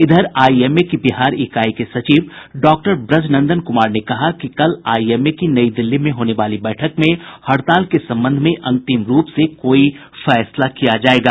इधर आईएमए की बिहार इकाई के सचिव डॉ ब्रजनंदन कुमार ने कहा है कि कल आईएमए की नई दिल्ली में होने वाली बैठक में हड़ताल के संबंध में अंतिम रूप से कोई फैसला किया जायेगा